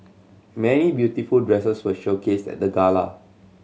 many beautiful dresses were showcased at the gala